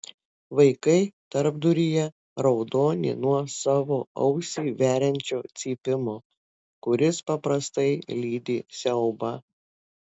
vaikai tarpduryje raudoni nuo savo ausį veriančio cypimo kuris paprastai lydi siaubą